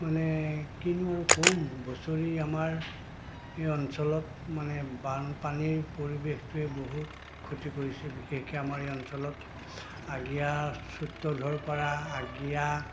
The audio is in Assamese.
মানে কিনো আৰু ক'ম বছৰি আমাৰ এই অঞ্চলত মানে বানপানীৰ পৰিৱেশটোৱে বহুত ক্ষতি কৰিছে বিশেষকৈ আমাৰ এই অঞ্চলত আগিয়া পৰা আগিয়া